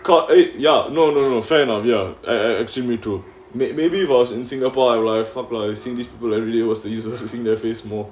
got a ya no no no fan of ya actually me too may maybe of us in singapore I lived for placing these people are really was the user interface more